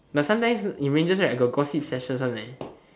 but sometimes in rangers like I got gossip session one eh